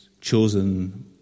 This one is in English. chosen